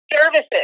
services